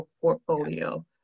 portfolio